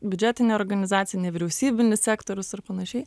biudžetinė organizacija nevyriausybinis sektorius ir panašiai